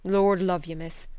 lord love ye, miss,